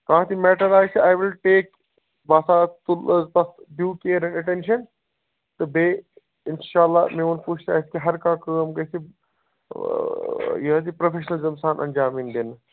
کانٛہہ تہِ میٹر آسہِ ای وِل ٹیک بہٕ حظ آسہِ تتھ ڈیٛوٗ کِیر اینٛڈ اٹینشن تہٕ بیٚیہِ اِنشاہ اللہ میٛون کوٗشِش آسہٕ ہر کانٛہہ کٲم گژھِ یہِ حظ یہِ پروفیشنلِزم سان انٛجام یِنہٕ دِنہٕ